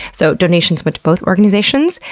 so donations went to both organizations.